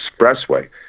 expressway